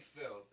filled